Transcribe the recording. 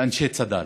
לאנשי צד"ל.